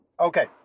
Okay